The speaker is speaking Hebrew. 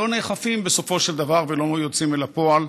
לא נאכפים בסופו של דבר ולא יוצאים אל הפועל.